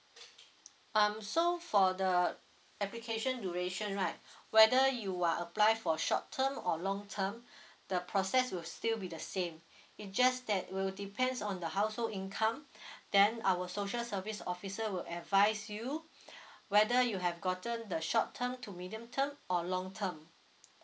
um so for the application duration right whether you are apply for short term or long term the process will still be the same it just that will depends on the household income then our social service officer will advise you whether you have gotten the short term to medium term or long term